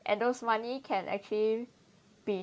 and those money can actually be